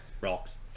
Rocks